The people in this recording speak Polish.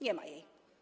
Nie ma jej.